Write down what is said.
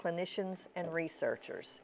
clinicians and researchers